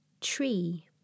Tree